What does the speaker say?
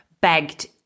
begged